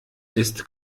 ist